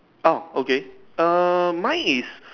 oh okay err mine is